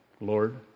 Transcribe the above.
Lord